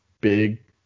big